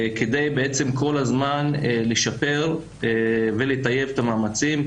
כדי בעצם כל הזמן לשפר ולטייב את המאמצים,